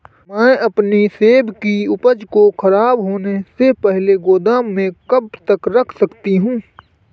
मैं अपनी सेब की उपज को ख़राब होने से पहले गोदाम में कब तक रख सकती हूँ?